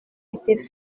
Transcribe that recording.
été